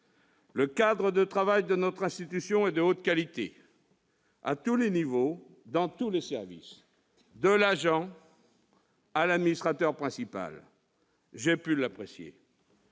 Le cadre de travail de notre institution est de haute qualité, à tous les niveaux, dans tous les services, de l'agent à l'administrateur principal. J'ai pu l'apprécier.